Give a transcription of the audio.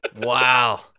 Wow